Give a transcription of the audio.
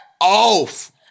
off